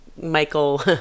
Michael